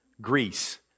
Greece